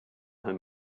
him